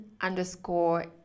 underscore